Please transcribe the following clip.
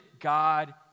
God